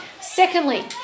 Secondly